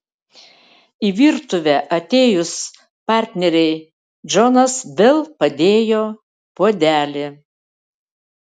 į virtuvę atėjus partnerei džonas vėl padėjo puodelį